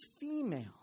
female